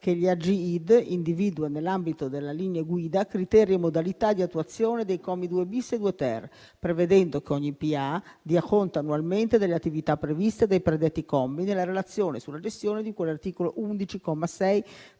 che l'AgID individua, nell'ambito delle linee guida, criteri e modalità di attuazione dei commi 2-*bis* e 2-*ter*, prevedendo che ogni pubblica amministrazione dia conto annualmente delle attività previste dai predetti commi nella relazione sulla gestione di cui all'articolo 11,